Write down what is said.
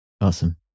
Awesome